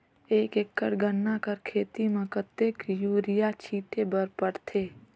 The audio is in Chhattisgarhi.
एक एकड़ गन्ना कर खेती म कतेक युरिया छिंटे बर पड़थे?